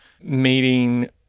meeting